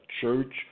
church